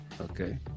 okay